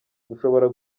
dushobora